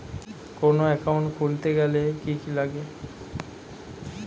কোন একাউন্ট খুলতে গেলে কি কি লাগে?